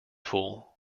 fool